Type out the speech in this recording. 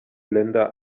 länder